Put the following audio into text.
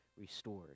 restored